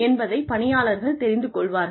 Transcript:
என்பதை பணியாளர்கள் தெரிந்து கொள்வார்கள்